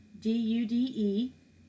d-u-d-e